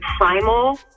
primal